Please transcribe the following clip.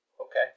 Okay